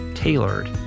tailored